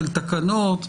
של תקנות.